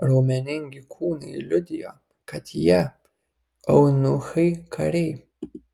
raumeningi kūnai liudijo kad jie eunuchai kariai